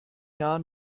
jahr